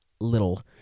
little